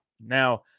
Now